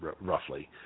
roughly